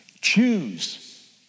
Choose